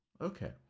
Okay